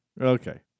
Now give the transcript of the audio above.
Okay